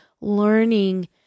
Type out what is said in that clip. learning